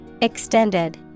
Extended